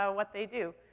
ah what they do.